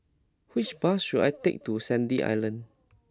which bus should I take to Sandy Island